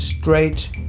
Straight